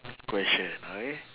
question okay